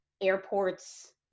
airports